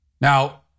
Now